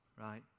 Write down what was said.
right